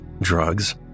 drugs